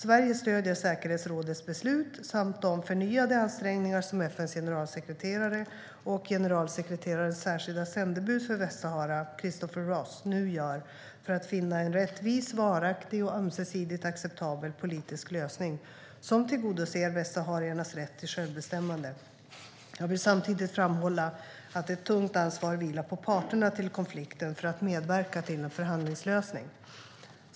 Sverige stöder säkerhetsrådets beslut samt de förnyade ansträngningar som FN:s generalsekreterare och generalsekreterarens särskilde sändebud för Västsahara, Christopher Ross, nu gör för att finna en rättvis, varaktig och ömsesidigt acceptabel politisk lösning som tillgodoser västsahariernas rätt till självbestämmande. Jag vill samtidigt framhålla att ett tungt ansvar vilar på parterna till konflikten att medverka till en förhandlingslösning.